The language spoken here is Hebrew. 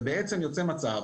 ובעצם יוצא מצב